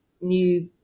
new